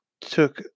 took